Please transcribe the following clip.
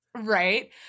right